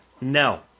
No